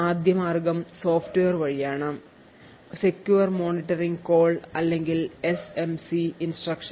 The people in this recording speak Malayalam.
ആദ്യ മാർഗം സോഫ്റ്റ്വെയർ വഴിയാണ് സെക്യുർ മോണിറ്ററിംഗ് കോൾ അല്ലെങ്കിൽ എസ്എംസി ഇൻസ്ട്രക്ഷൻ